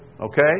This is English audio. Okay